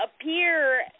appear